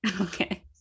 okay